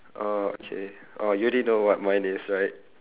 oh okay oh you already know what mine is right